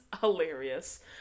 hilarious